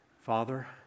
Father